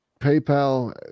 paypal